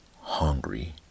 hungry